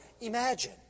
imagine